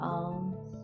arms